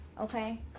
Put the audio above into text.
okay